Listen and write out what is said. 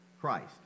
Christ